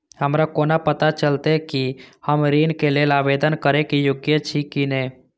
हमरा कोना पताा चलते कि हम ऋण के लेल आवेदन करे के योग्य छी की ने?